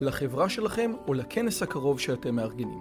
לחברה שלכם או לכנס הקרוב שאתם מארגנים